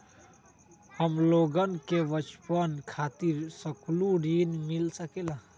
हमलोगन के बचवन खातीर सकलू ऋण मिल सकेला?